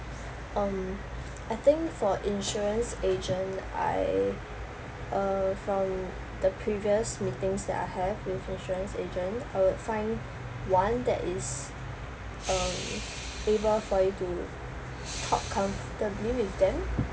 um I think for insurance agent I uh from the previous meetings that I have with insurance agent I would find one that is um able for you to talk comfortably with them